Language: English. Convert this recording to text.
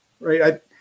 right